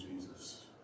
Jesus